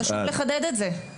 חשוב לציין את זה.